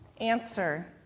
answer